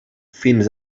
fins